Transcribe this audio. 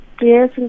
Yes